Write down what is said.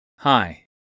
Hi